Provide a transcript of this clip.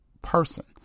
person